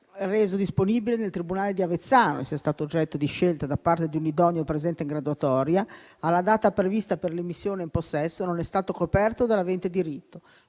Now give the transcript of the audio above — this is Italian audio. reso disponibile nel tribunale di Avezzano sia stato oggetto di scelta da parte di un idoneo presente in graduatoria, alla data prevista per l'immissione in possesso non è stato coperto dall'avente diritto;